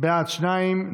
בעד שניים,